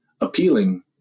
appealing